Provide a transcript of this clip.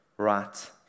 right